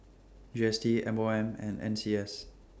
G S T M O M and N C S